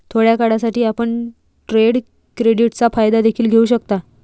थोड्या काळासाठी, आपण ट्रेड क्रेडिटचा फायदा देखील घेऊ शकता